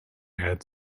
add